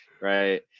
right